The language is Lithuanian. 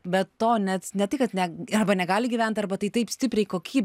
be to net ne tai kad ne arba negali gyvent arba tai taip stipriai koky